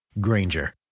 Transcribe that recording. Granger